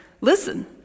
listen